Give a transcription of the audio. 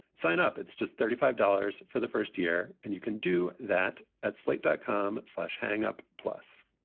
sign up. it's just thirty five dollars for the first year. and you can do that at slate dot com. slash hang up. plus